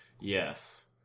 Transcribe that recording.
Yes